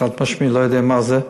חד-משמעית, אני לא יודע מה זה.